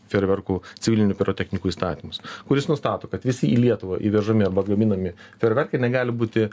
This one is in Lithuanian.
fejerverkų civilinių pirotechnikų įstatymas kuris nustato kad visi į lietuvą įvežami arba gaminami fejerverkai negali būti